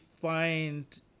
find